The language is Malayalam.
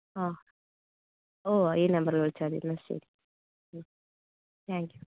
ആ ഓ ഈ നമ്പറിൽ വിളിച്ചാൽ മതി മ് ശരി മ് താങ്ക് യൂ